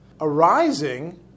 arising